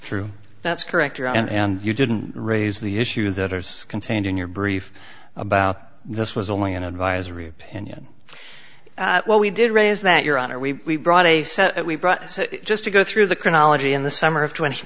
through that's correct or and you didn't raise the issue that are contained in your brief about this was only an advisory opinion well we did raise that your honor we brought a set we brought so just to go through the chronology in the summer of two hundred